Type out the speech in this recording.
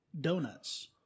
donuts